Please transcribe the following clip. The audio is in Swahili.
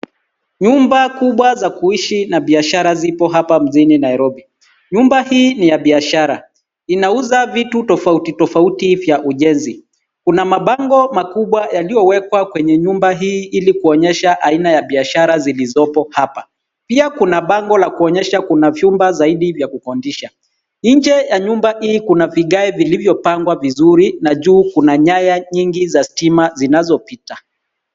Nyumba kubwa za kuishi na biashara zipo hapa mjini Nairobi. Nyumba hii ni ya biashara inauza vitu tofauti tofauti vya ujenzi. Kuna mabango makubwa yaliyowekwa kwenye nyumba hii ili kuonyesha aina ya biashara zilizopo hapa pia kuna bango la kuonyesha kuna vyumba zaidi vya kukondisha. Nje ya nyumba hii kuna vigae vilivyopangwa vizuri na juu kuna nyaya nyingi za stima zinazopita.